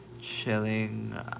chilling